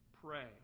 pray